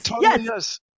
Yes